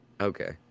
okay